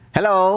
Hello